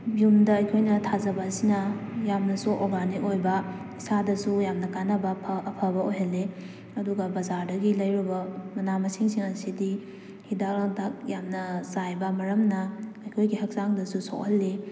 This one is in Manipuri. ꯌꯨꯝꯗ ꯑꯩꯈꯣꯏꯅ ꯊꯥꯖꯕ ꯑꯁꯤꯅ ꯌꯥꯝꯅꯁꯨ ꯑꯣꯔꯒꯥꯅꯤꯛ ꯑꯣꯏꯕ ꯏꯁꯥꯗꯁꯨ ꯌꯥꯝꯅ ꯀꯥꯅꯕ ꯑꯐꯕ ꯑꯣꯏꯍꯜꯂꯤ ꯑꯗꯨꯒ ꯕꯖꯥꯔꯗꯒꯤ ꯂꯩꯔꯨꯕ ꯃꯅꯥ ꯃꯁꯤꯡꯁꯤꯡ ꯑꯁꯤꯗꯤ ꯍꯤꯗꯥꯛ ꯂꯥꯡꯊꯛ ꯌꯥꯝꯅ ꯆꯥꯏꯕ ꯃꯔꯝꯅ ꯑꯩꯈꯣꯏꯒꯤ ꯍꯛꯆꯥꯡꯗꯁꯨ ꯁꯣꯛꯍꯜꯂꯤ